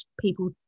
people